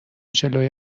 جلوی